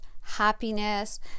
happiness